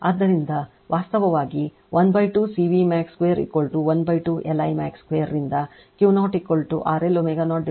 ಆದ್ದರಿಂದ ವಾಸ್ತವವಾಗಿ 12 CV max 2 12 LI max 2ರಿಂದ Q0 RL ω0 R 1ω0 CR